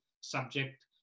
subject